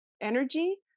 energy